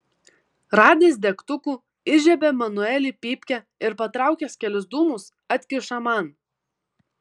radęs degtukų įžiebia manueliui pypkę ir patraukęs kelis dūmus atkiša man